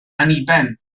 anniben